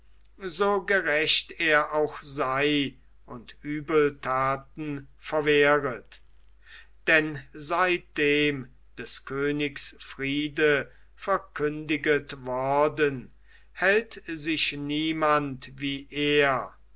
so gerecht er auch sei und übeltaten verwehret denn seitdem des königes friede verkündiget worden hält sich niemand wie er